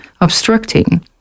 obstructing